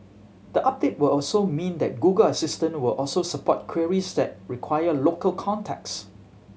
the update will also mean that Google Assistant will also support queries that require local context